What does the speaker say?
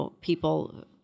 people